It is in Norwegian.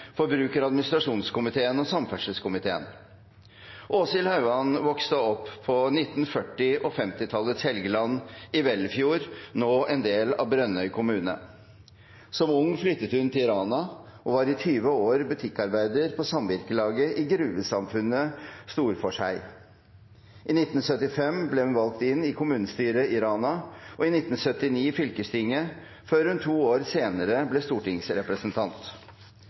forbruker- og administrasjonskomiteen og samferdselskomiteen. Åshild Hauan vokste opp på 1940- og -50-tallets Helgeland, i Velfjord, nå en del av Brønnøy kommune. Som ung flyttet hun til Rana og var i 20 år butikkmedarbeider på samvirkelaget i gruvesamfunnet Storforshei. I 1975 ble hun valgt inn i kommunestyret i Rana og i 1979 i fylkestinget, før hun to år senere ble stortingsrepresentant.